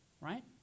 right